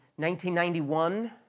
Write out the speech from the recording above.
1991